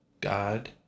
God